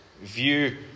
view